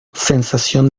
sensación